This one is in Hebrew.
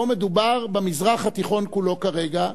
פה מדובר במזרח התיכון כולו כרגע,